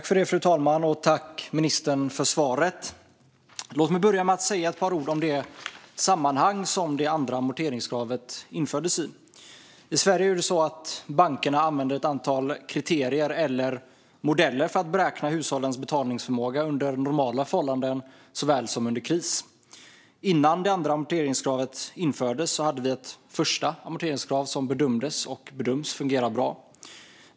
Fru talman! Jag tackar ministern för svaret. Låt mig börja med att säga några ord om det sammanhang som det andra amorteringskravet infördes i. I Sverige använder bankerna ett antal kriterier eller modeller för att beräkna hushållens betalningsförmåga såväl under normala förhållanden som under kris. Innan det andra amorteringskravet infördes hade vi ett första amorteringskrav som bedömdes och bedöms fungera bra.